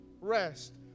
rest